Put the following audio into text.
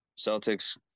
Celtics